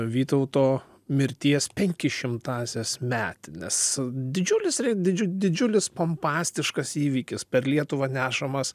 vytauto mirties penki šimtąsias metines didžiulis didžiulis pompastiškas įvykis per lietuvą nešamas